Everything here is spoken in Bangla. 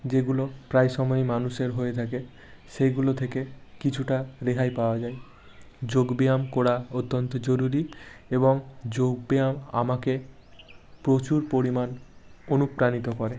যেগুলো প্রায় সময়ই মানুষের হয়ে থাকে সেইগুলো থেকে কিছুটা রেহাই পাওয়া যায় যোগব্যায়াম করা অত্যন্ত জরুরি এবং যোগব্যায়াম আমাকে প্রচুর পরিমাণ অনুপ্রাণিত করে